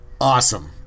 awesome